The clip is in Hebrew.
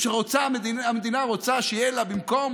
המדינה רוצה שבמקום